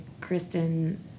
Kristen